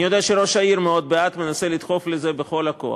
אני יודע שראש העיר מאוד בעד ומנסה לדחוף לזה בכל הכוח,